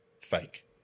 fake